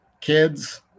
kids